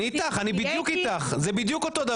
הייתה לנו קדנציה מלאה.